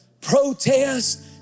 protest